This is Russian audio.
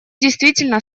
действительно